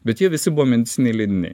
bet jie visi buvo medicininiai leidiniai